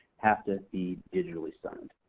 have to be digitally signed.